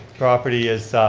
property is